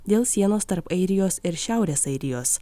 dėl sienos tarp airijos ir šiaurės airijos